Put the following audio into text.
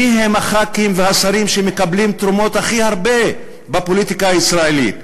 מי הם חברי הכנסת והשרים שמקבלים הכי הרבה תרומות בפוליטיקה הישראלית: